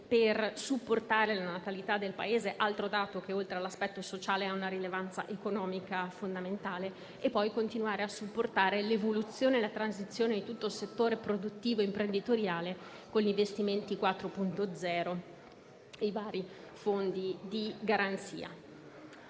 per supportare la natalità del Paese (altro dato che, oltre all'aspetto sociale, ha una rilevanza economica fondamentale). Inoltre si continua a supportare l'evoluzione e la transizione di tutto il settore produttivo e imprenditoriale con gli investimenti 4.0 e i vari fondi di garanzia.